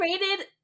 rated